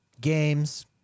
games